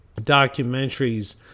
documentaries